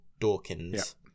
Dawkins